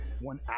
one